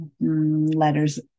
letters